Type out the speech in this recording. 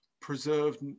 preserved